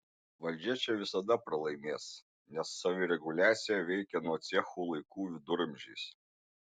valdžia čia visada pralaimės nes savireguliacija veikia nuo cechų laikų viduramžiais